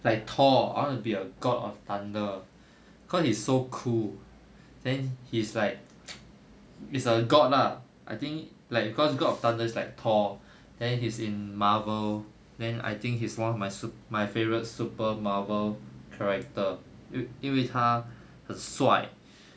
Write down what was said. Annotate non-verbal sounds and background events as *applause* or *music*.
like thor I want to be a god of thunder cause it's so cool then he is like *noise* is a god lah I think like cause god of thunder is like thor then he's in marvel then I think he's one of my sup~ my favourite super marvel character 因因为他很帅